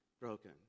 broken